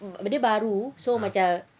dia baru so macam